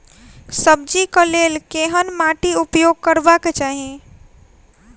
सब्जी कऽ लेल केहन माटि उपयोग करबाक चाहि?